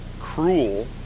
cruel